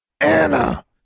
Anna